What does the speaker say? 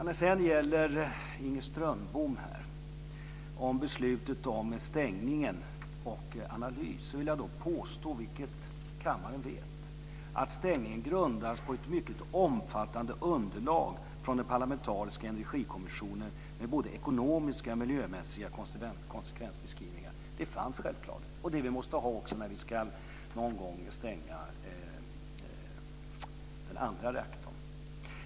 När det sedan gäller Inger Strömboms tal om beslutet om stängning och analys vill jag påstå att, vilket kammare vet, stängningen grundas på ett mycket omfattande underlag från den parlamentariska energikommissionen med både ekonomiska och miljömässiga konsekvensbeskrivningar. De fanns självklart. Det är det vi måste ha också när vi någon gång ska stänga den andra reaktorn.